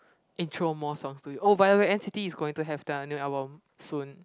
intro more songs to you oh by the way n_c_t is going to have their new album soon